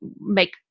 make